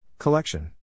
Collection